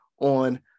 on